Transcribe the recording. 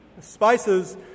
spices